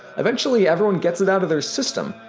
eventually everyone gets it out of their system,